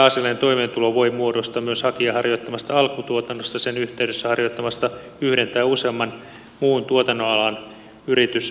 pääasiallinen toimeentulo voi muodostua myös hakijan harjoittamasta alkutuotannosta tai sen yhteydessä harjoittamasta yhden tai useamman muun tuotannonalan yritystoiminnasta